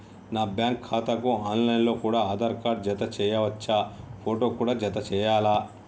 నా బ్యాంకు ఖాతాకు online లో కూడా ఆధార్ కార్డు జత చేయవచ్చా ఫోటో కూడా జత చేయాలా?